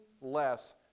less